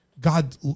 God